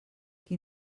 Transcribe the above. qui